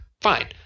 fine